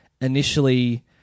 initially